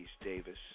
Davis